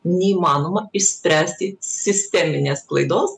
neįmanoma išspręsti sisteminės klaidos